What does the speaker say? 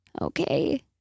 Okay